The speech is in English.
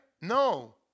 No